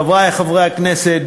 חברי חברי הכנסת,